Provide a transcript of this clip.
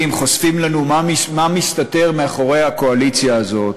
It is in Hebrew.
חושפים לנו מה מסתתר מאחורי הקואליציה הזאת.